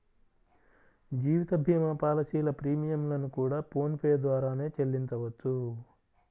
జీవిత భీమా పాలసీల ప్రీమియం లను కూడా ఫోన్ పే ద్వారానే చెల్లించవచ్చు